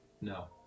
No